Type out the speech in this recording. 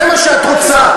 זה מה שאת רוצה.